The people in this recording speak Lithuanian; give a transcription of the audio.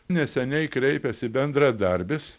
neseniai kreipėsi bendradarbis